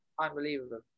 Unbelievable